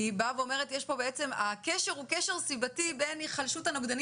היא אומרת שהקשר הוא סיבתי בין היחלשות הנוגדנים